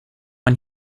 man